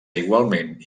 igualment